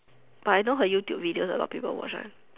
but I know her YouTube videos a lot people watch one